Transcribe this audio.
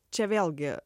čia vėlgi